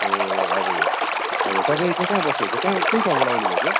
ए हजुर हजुर हजुर तपाईँ चाहिँ कहाँ बस्नुहुन्छ कहाँ कुन ठाउँबाट आउनुभएको